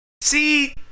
See